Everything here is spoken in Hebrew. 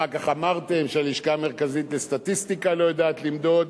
אחר כך אמרתם שהלשכה המרכזית לסטטיסטיקה לא יודעת למדוד.